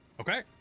Okay